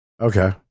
Okay